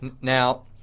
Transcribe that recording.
now